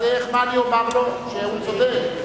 אז מה אומר לו, שהוא צודק?